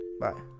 Bye